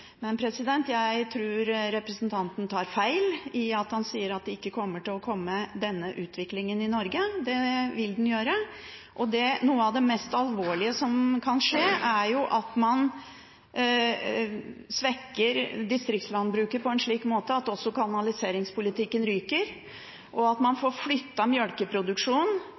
Men jeg tror representanten tar feil når han sier at denne utviklingen ikke kommer til å komme i Norge. Det vil den gjøre. Og noe av det mest alvorlige som kan skje, er jo at man svekker distriktslandbruket på en slik måte at også kanaliseringspolitikken ryker, og at man får